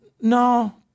no